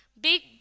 big